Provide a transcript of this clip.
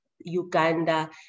uganda